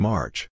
March